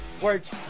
words